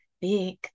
big